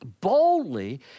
boldly